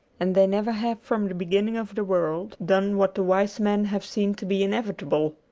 and they never have from the beginning of the world done what the wise men have seen to be inevitable.